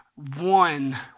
one